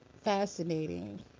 fascinating